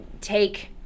take